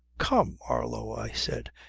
come, marlow, i said,